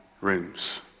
rooms